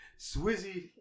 swizzy